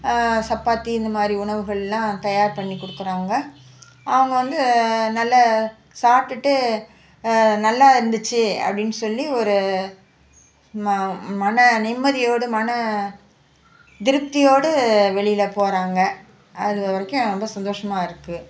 சப்பாத்தி இந்தமாதிரி உணவுகள்லாம் தயார் பண்ணி கொடுக்குறாங்க அவங்க வந்து நல்ல சாப்பிட்டுட்டு நல்லா இருந்துச்சு அப்படின்னு சொல்லி ஒரு ம மன நிம்மதியோடு மன திருப்தியோடு வெளியில போகிறாங்க அது வரைக்கும் ரொம்ப சந்தோஷமாக இருக்குது